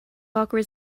awkward